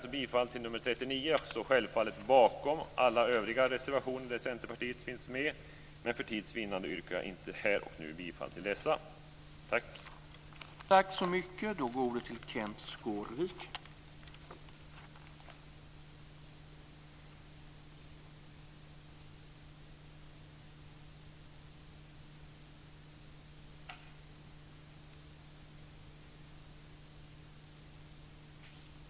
Självfallet står jag bakom alla övriga reservationer där Centerpartiet finns med men för tids vinnande yrkar jag inte här och nu bifall till dessa.